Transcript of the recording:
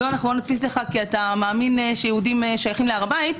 כי אתה מאמין שיהודים שייכים להר הבית,